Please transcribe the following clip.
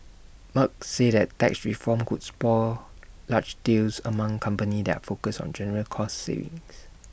Merck said that tax reform could spur large deals among companies that are focused on general cost savings